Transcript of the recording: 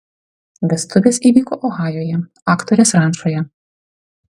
vestuvės įvyko ohajuje aktorės rančoje